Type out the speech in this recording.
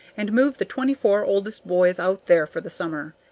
and move the twenty-four oldest boys out there for the summer.